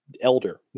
elder